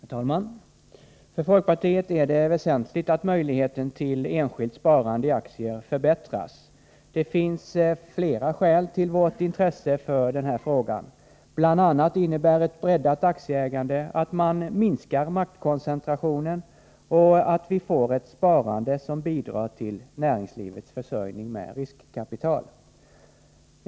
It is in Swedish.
Herr talman! För folkpartiet är det väsentligt att möjligheten till enskilt sparande i aktier förbättras. Det finns flera skäl till vårt intresse för den här frågan. Bl. a. innebär ett breddat aktieägande att man minskar maktkoncentrationen och att vi får ett sparande som bidrar till näringslivets försörjning med riskkapital.